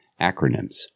Acronyms